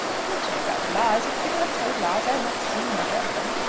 i don't know about lies. if people have told lies i have not seen them or heard them.